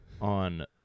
on